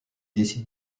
décide